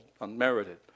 unmerited